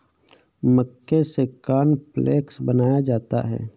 मक्के से कॉर्नफ़्लेक्स बनाया जाता है